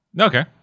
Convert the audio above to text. Okay